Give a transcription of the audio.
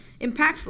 impactful